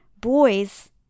boys